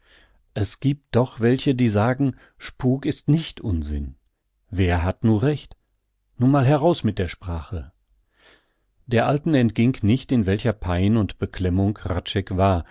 es giebt doch welche die sagen spuk ist nicht unsinn wer hat nu recht nu mal heraus mit der sprache der alten entging nicht in welcher pein und beklemmung hradscheck war